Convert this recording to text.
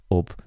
op